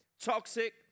toxic